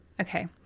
okay